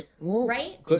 Right